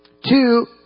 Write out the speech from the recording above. Two